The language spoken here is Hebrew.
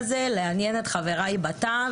לעניין את חבריי בתא,